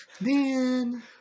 Man